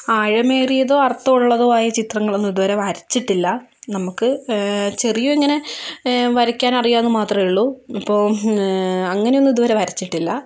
ആഴമേറിയതോ അർത്ഥം ഉള്ളതോ ആയ ചിത്രങ്ങളൊന്നും ഇതുവരെ വരച്ചിട്ടില്ല നമുക്ക് ചെറിയ ഇങ്ങനെ വരയ്ക്കാൻ അറിയാമെന്നു മാത്രമേയുള്ളു അപ്പോൾ അങ്ങനെയൊന്നും ഇതുവരെ വരച്ചിട്ടില്ല